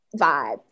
vibe